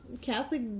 Catholic